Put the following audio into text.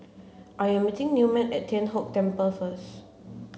I am meeting Newman at Tian Kong Temple first